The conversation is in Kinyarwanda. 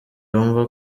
wumva